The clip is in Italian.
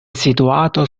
situato